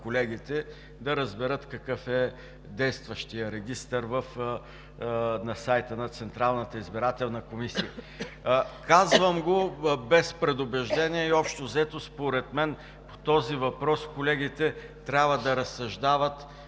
колегите да разберат какъв е действащият регистър на сайта на Централната избирателна комисия. Казвам го без предубеждение и общо-взето, според мен, по този въпрос колегите трябва да разсъждават